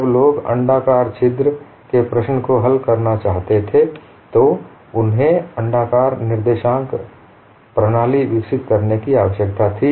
जब लोग एक अण्डाकार छिद्र के प्रश्न को हल करना चाहते थे तो उन्हें अण्डाकार निर्देशांक प्रणाली विकसित करने की आवश्यकता थी